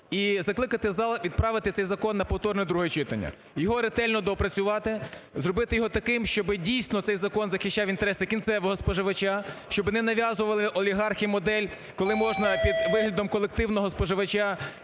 і закликати зал відправити цей закон на повторне друге читання. Його ретельно доопрацювати, зробити його таким, щоби, дійсно, цей закон захищав інтереси кінцевого споживача, щоби не нав'язували олігархи модель, коли можна під виглядом колективного споживача